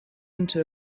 into